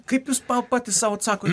kaip jūs pa patys sau atsako